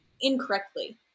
incorrectly